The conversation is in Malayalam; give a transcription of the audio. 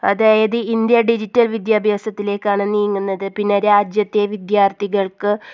അതായത് ഇന്ത്യ ഡിജിറ്റൽ വിദ്യാഭ്യാസത്തിലേക്കാണ് നീങ്ങുന്നത് പിന്നെ രാജ്യത്തെ വിദ്യാർഥികൾക്ക്